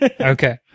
Okay